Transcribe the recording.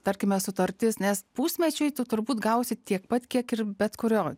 tarkime sutartis nes pusmečiui tu tu rbūt gausi tiek pat kiek ir bet kurio